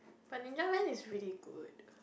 but Ninja Van is really good